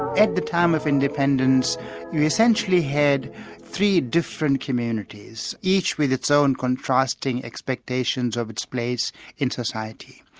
at the time of independence we essentially had three different communities, each with its own contrasting expectations of its place in society.